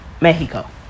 Mexico